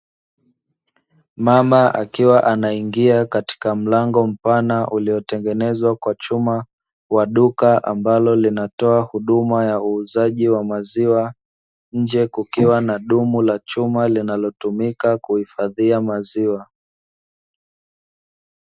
Mama akiwa anaingia katika mlango mpana uliotengenezwa kwa chuma wa duka ambalo linatoa huduma ya uuzaji wa maziwa, nje kukiwa na dumu la chuma linalotumika kuhifadhia maziwa.